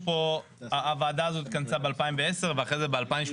אז הוועדה הזאת התכנסה ב-2010 ואחרי זה ב-2018